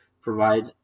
provide